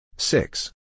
Six